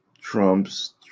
Trump's